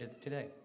today